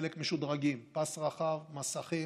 חלק משודרגים: פס רחב, מסכים